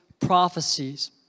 prophecies